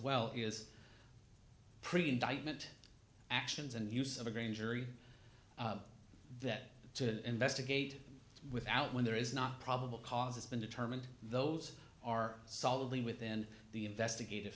well is pretty indictment actions and use of a grand jury that to investigate without when there is not probable cause has been determined those are solidly within the investigative